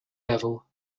level